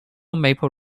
maple